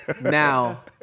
Now